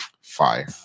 Fire